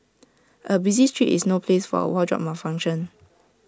A busy street is no place for A wardrobe malfunction